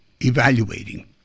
evaluating